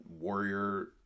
warrior